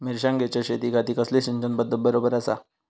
मिर्षागेंच्या शेतीखाती कसली सिंचन पध्दत बरोबर आसा?